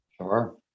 Sure